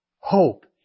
hope